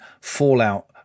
fallout